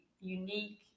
unique